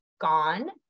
gone